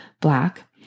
black